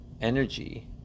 energy